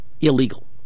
illegal